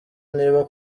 niba